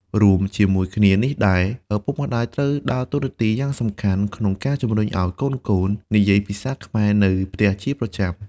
រួមជាមួយគ្នានេះដែរ ឪពុកម្តាយត្រូវដើរតួនាទីយ៉ាងសំខាន់ក្នុងការជំរុញឱ្យកូនៗនិយាយភាសាខ្មែរនៅផ្ទះជាប្រចាំ។